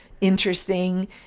interesting